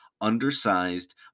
undersized